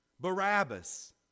Barabbas